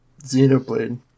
Xenoblade